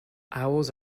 owls